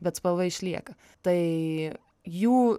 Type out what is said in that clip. bet spalva išlieka tai jų